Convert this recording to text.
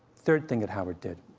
third thing that howard did,